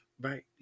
Right